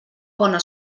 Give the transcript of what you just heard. bona